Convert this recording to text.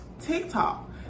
TikTok